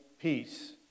peace